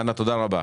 אנה, תודה רבה.